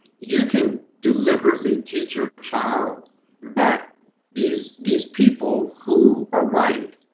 you can deliberately teach your child that these these people who are white,